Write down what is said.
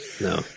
No